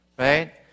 Right